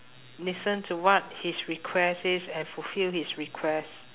listen to what his request is and fulfil his request